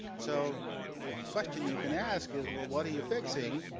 so the question you can ask is, well, what are you fixing?